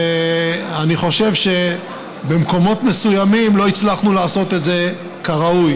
ואני חושב שבמקומות מסוימים לא הצלחנו לעשות את זה כראוי.